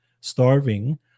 starving